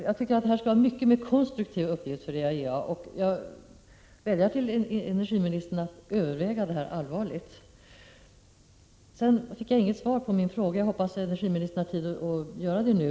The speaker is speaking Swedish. Jag tycker detta skulle vara en mycket mer konstruktiv uppgift för IAEA, och jag vädjar till energiministern att allvarligt överväga detta. Jag fick inget svar på min fråga. Jag hoppas energiministern har tid att ge det nu.